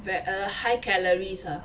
where a high calories ah